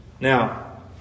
Now